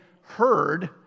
heard